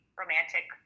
romantic